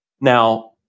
Now